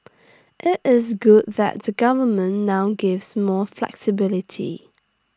IT is good that the government now gives more flexibility